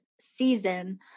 season